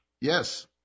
Yes